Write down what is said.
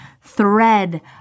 thread